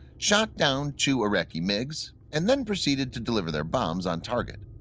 shot down two iraqi migs and then proceeded to deliver their bombs on target.